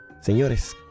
Señores